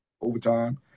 overtime